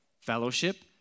fellowship